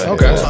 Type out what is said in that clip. Okay